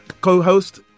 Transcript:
co-host